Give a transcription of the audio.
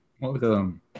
Welcome